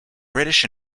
british